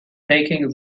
taking